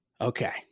Okay